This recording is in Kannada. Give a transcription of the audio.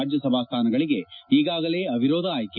ರಾಜ್ಯಸಭಾ ಸ್ಥಾನಗಳಿಗೆ ಈಗಾಗಲೇ ಅವಿರೋಧ ಆಯ್ನೆ